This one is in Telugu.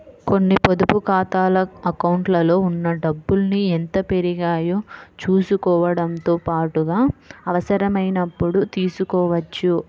కొన్ని పొదుపు ఖాతాల అకౌంట్లలో ఉన్న డబ్బుల్ని ఎంత పెరిగాయో చూసుకోవడంతో పాటుగా అవసరమైనప్పుడు తీసుకోవచ్చు